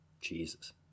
Jesus